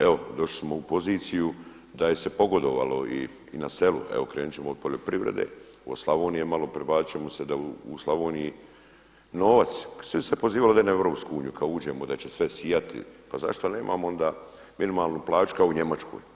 Evo došli smo u poziciji da je se pogodovalo i na selu, evo krenut ćemo od poljoprivrede, od Slavonije malo prebacit ćemo se da u Slavoniji novac, svi su se pozivali na EU kada uđemo da će sve sijati, pa zašto nemamo onda minimalnu plaću kao u Njemačkoj.